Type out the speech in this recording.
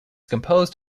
composed